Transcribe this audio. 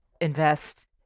invest